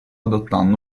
adottando